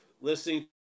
listening